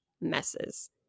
messes